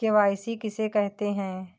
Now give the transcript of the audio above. KYC किसे कहते हैं?